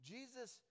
Jesus